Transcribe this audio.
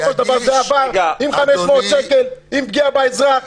בסופו של דבר זה עבר עם 500 שקל, עם פגיעה באזרח.